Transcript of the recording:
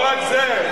לא רק זה,